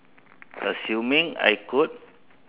assuming I could